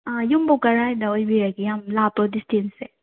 ꯌꯨꯝꯕꯨ ꯀꯔꯥꯏꯗ ꯑꯣꯏꯕꯤꯔꯒꯦ ꯌꯥꯝ ꯂꯥꯞꯄ꯭ꯔꯣ ꯗꯤꯁꯇꯦꯟꯁꯁꯦ